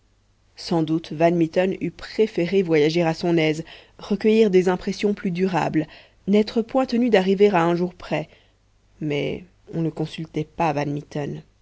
sans doute van mitten eût préféré voyager à son aise recueillir des impressions plus durables n'être point tenu d'arriver à un jour près mais on ne consultait pas van mitten